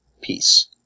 peace